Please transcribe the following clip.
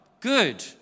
Good